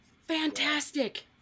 Fantastic